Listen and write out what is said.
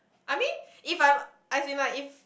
I mean if I'm as in like if